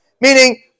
Meaning